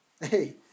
Hey